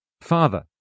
Father